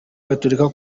gatorika